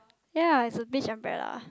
ya it's a beach umbrella